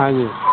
हाँ जी